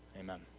Amen